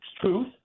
truth